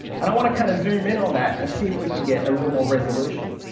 and i want to kind of zoom in on that and see if we can get a little more resolution.